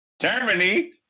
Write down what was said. Germany